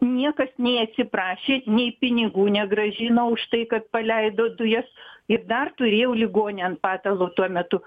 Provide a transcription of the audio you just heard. niekas nei atsiprašė nei pinigų negrąžino už tai kad paleido dujas ir dar turėjau ligonį ant patalo tuo metu